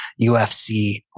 UFC